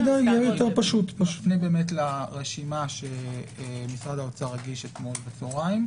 הנה הרשימה שמשרד האוצר הגיש אתמול בצהריים.